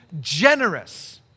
generous